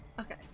Okay